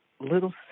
little